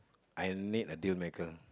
I need a dealmaker